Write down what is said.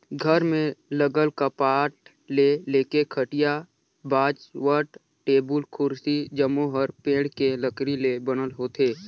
घर में लगल कपाट ले लेके खटिया, बाजवट, टेबुल, कुरसी जम्मो हर पेड़ के लकरी ले बनल होथे